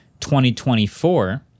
2024